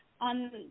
on